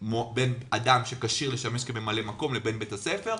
אדם שכשיר לשמש כממלא מקום לבין בית הספר,